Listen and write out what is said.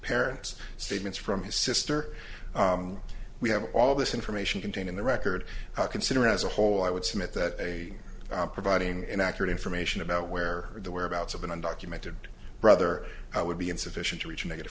parents statements from his sister we have all this information contained in the record considering as a whole i would submit that they are providing an accurate information about where the whereabouts of an undocumented brother would be insufficient to reach negative